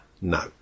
No